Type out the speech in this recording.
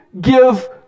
give